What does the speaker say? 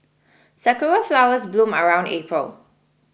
sakura flowers bloom around April